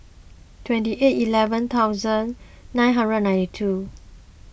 twenty eight eleven hundred nine hundred and ninety two